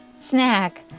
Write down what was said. snack